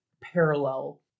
parallel